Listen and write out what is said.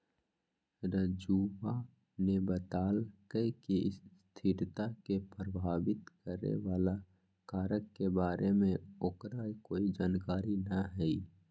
राजूवा ने बतल कई कि स्थिरता के प्रभावित करे वाला कारक के बारे में ओकरा कोई जानकारी ना हई